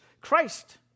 Christ